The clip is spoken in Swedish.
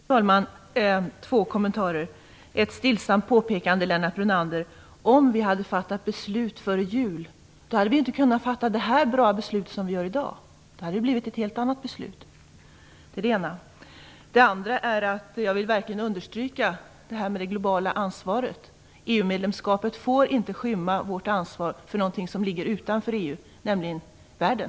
Fru talman! Jag vill göra två kommentarer. Jag vill stillsamt påpeka för Lennart Brunander att om vi hade fattat beslut före jul, hade vi inte kunnat fatta ett så bra beslut som vi fattar i dag. Det hade blivit ett helt annat beslut. Det är det ena. Det andra är att jag verkligen vill understryka det globala ansvaret. EU-medlemskapet får inte skymma vårt ansvar för någonting som ligger utanför EU, nämligen världen.